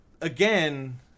again